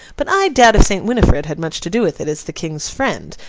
but i doubt if saint winifred had much to do with it as the king's friend,